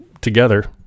together